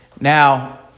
Now